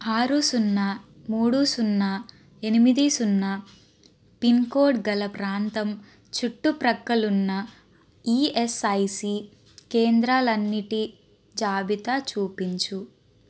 ఆరు సున్నా మూడు సున్నా ఎనిమిది సున్నా పిన్కోడ్ గల ప్రాంతం చుట్టు ప్రక్కలున్న ఈఎస్ఐసి కేంద్రాలన్నిటి జాబితా చూపించు